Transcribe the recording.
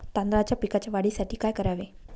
तांदळाच्या पिकाच्या वाढीसाठी काय करावे?